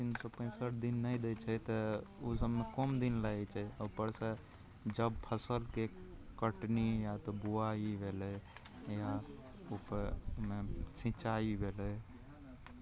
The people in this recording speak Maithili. तीन सओ पैँसठि दिन नहि दै छै तऽ ओहि सबमे कम दिन लगै छै उपरसे जब फसिलके कटनी या तऽ बोआइ भेलै या ओकर सिँचाइ भेलै